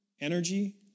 energy